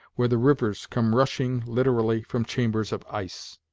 where the rivers come rushing literally from chambers of ice.